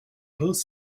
both